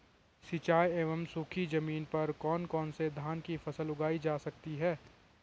सिंचाई एवं सूखी जमीन पर कौन कौन से धान की फसल उगाई जा सकती है?